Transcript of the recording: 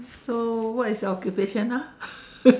so what is your occupation ah